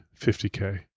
50K